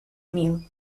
mil